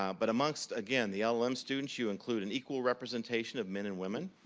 but amongst again, the ah lm students, you include an equal representation of men and women.